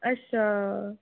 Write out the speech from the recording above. अच्छा